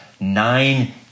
Nine